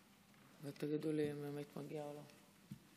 שלוש דקות לרשותך, בבקשה.